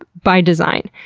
ah by design.